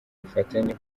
ubufatanye